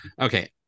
okay